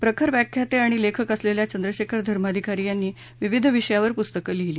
प्रखर व्याख्याते आणि लेखक असलेल्या चंद्रशेखर धर्माधिकारी यांनी विविध विषयावर पुस्तकं लिहिली